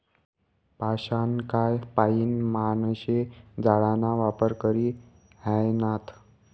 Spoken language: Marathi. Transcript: पाषाणकाय पाईन माणशे जाळाना वापर करी ह्रायनात